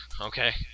okay